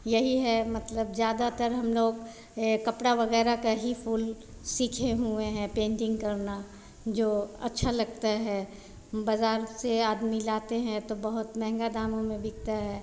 यही है मतलब ज़्यादातर हम लोग कपड़ा वग़ैरह का ही फूल सीखे हुए हैं पेंटिंग करना जो अच्छा लगता है बाज़ार से आदमी लाते हैं तो बहुत महंगा दामों में बिकता है